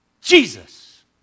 Jesus